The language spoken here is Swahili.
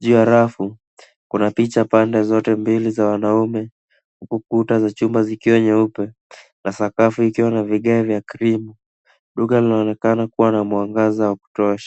Juu ya rafu, kuna picha pande zote mbili za wanaume, huku kuta za chumba zikiwa nyeupe na sakafu ikiwa na vigae vya cream .Duka linaonekana kuwa na mwangaza wa kutosha.